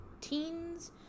Teens